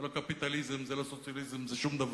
זה לא קפיטליזם, זה לא סוציאליזם, זה שום דבר.